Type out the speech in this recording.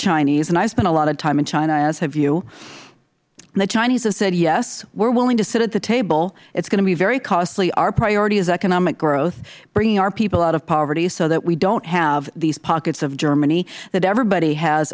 chinese and i spent a lot of time in china as have you the chinese have said yes we're willing to sit at the table it's going to be very costly our priority is economic growth bringing our people out of poverty so that we don't have these pockets of germany that everybody has